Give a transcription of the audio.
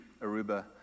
Aruba